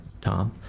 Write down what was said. Tom